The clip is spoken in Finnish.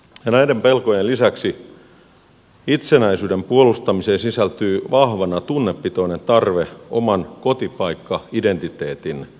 näiden pelkojen lisäksi itsenäisyyden puolustamiseen sisältyy vahvana tunnepitoinen tarve oman kotipaikkaidentiteetin säilyttämiseen